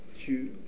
two